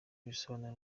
bisobanuro